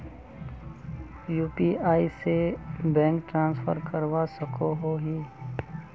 UPI से bank transfer करवा सकोहो ही?